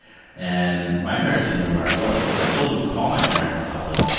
and my parents didn't know where i was. i told them to call my parents and tell them,